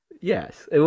Yes